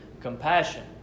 compassion